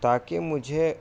تاکہ مجھے